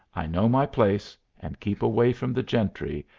i know my place and keep away from the gentry,